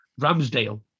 Ramsdale